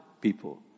people